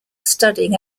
studying